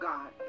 God